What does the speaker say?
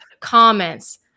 comments